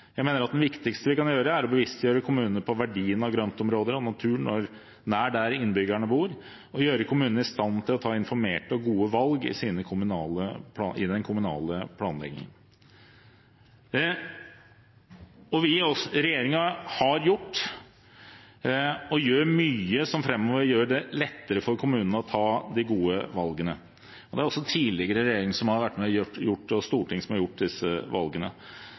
Jeg mener at det viktigste vi kan gjøre, er å bevisstgjøre kommunene på verdien av grøntområder og natur nær der innbyggerne bor, og gjøre kommunene i stand til å ta informerte og gode valg i sin kommunale planlegging. Regjeringen har gjort og gjør mye som framover vil gjøre det lettere for kommunene å ta de gode valgene. Det er også tidligere regjeringer som har vært med på, og Stortinget som har gjort, disse valgene.